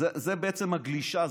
זה בעצם הגלישה,